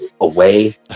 away